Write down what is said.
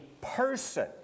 person